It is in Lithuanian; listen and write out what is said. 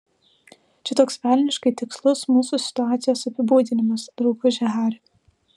čia toks velniškai tikslus mūsų situacijos apibūdinimas drauguži hari